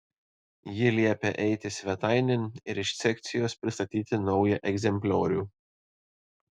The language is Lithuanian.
ji liepia eiti svetainėn ir iš sekcijos pristatyti naują egzempliorių